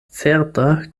certa